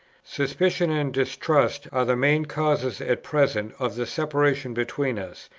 suspicion and distrust are the main causes at present of the separation between us,